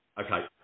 okay